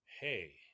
hey